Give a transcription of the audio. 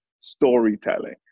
storytelling